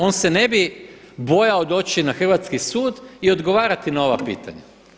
Ona se ne bi bojao doći na hrvatski sud i odgovarati na ova pitanja.